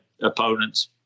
opponents